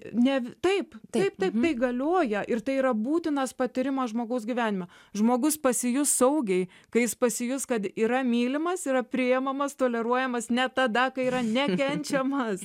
ne taip taip tai galioja ir tai yra būtinas patyrimas žmogaus gyvenime žmogus pasijus saugiai kai jis pasijus kad yra mylimas yra priimamas toleruojamas net tada kai yra nekenčiamas